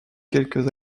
quelque